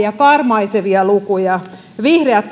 ja karmaisevia lukuja vihreät